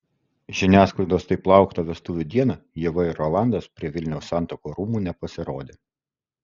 žiniasklaidos taip lauktą vestuvių dieną ieva ir rolandas prie vilniaus santuokų rūmų nepasirodė